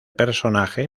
personaje